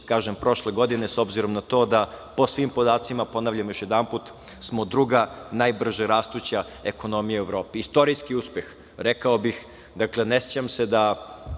kažem, prošle godine s obzirom na to da po svim podacima, ponavljam još jedanput, smo druga najbrže rastuća ekonomija u Evropi. Istorijski uspeh, rekao bih. Ne sećam se,